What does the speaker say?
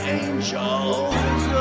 angels